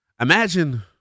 imagine